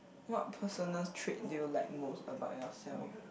what personal trait do you like most about yourself